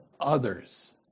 others